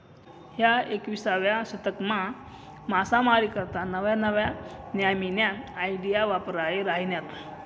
ह्या एकविसावा शतकमा मासामारी करता नव्या नव्या न्यामीन्या आयडिया वापरायी राहिन्यात